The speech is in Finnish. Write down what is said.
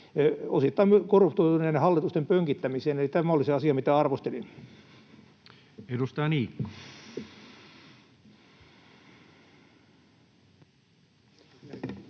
osittain korruptoituneiden hallitusten pönkittämiseen kehitysavulla. Eli tämä oli se asia, mitä arvostelin. Edustaja Niikko.